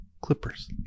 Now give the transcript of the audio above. Clippers